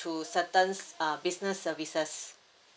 to certain uh business services